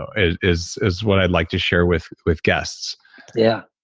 ah is is what i'd like to share with with guests yeah